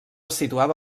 situada